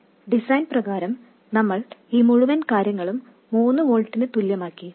design പ്രകാരം നമ്മൾ ഈ മുഴുവൻ കാര്യങ്ങളും മൂന്ന് വോൾട്ടിന് തുല്യമാക്കി